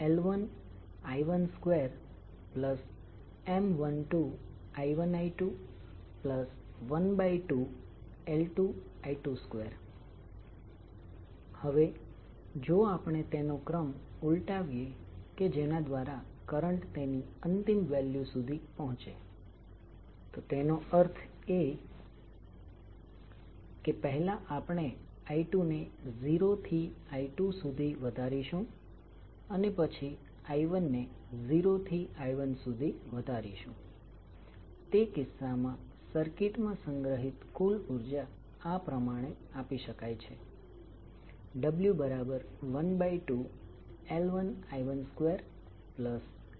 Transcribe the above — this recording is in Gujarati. હવે કરંટ i દ્વારા ફ્લક્સ ઉત્પન્ન થાય છે તેથી આપણે એમ પણ કહી શકીએ કે માં કોઈપણ ફેરફાર એ કરંટના ફેરફારને કારણે થાય છે તેથી આ વિશિષ્ટ સમીકરણ આપણે ફરીથી ગોઠવી શકીએ છીએ અને લખી શકીએ છીએ vNddididtLdidt આ સમીકરણ ઇન્ડકટર માટે વોલ્ટેજ અને કરંટ વચ્ચેનો સંબંધ દર્શાવે છે